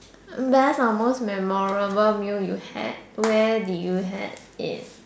best or most memorable meal you had where did you had it